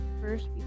first